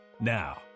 Now